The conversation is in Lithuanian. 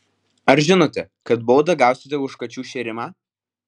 ar žinote kad baudą gausite už kačių šėrimą